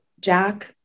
Jack